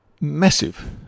massive